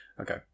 Okay